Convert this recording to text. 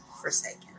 forsaken